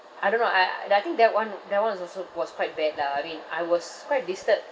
I don't know I that I think that [one] that [one] is also was quite bad lah I mean I was quite disturbed